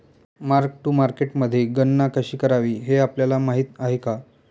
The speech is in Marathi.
मार्क टू मार्केटमध्ये गणना कशी करावी हे आपल्याला माहित आहे का?